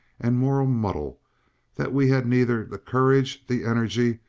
and moral muddle that we had neither the courage, the energy,